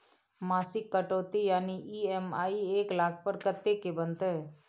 मासिक कटौती यानी ई.एम.आई एक लाख पर कत्ते के बनते?